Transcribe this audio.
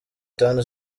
tanu